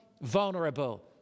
vulnerable